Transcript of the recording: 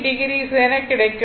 3o எனக் கிடைக்கும்